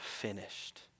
finished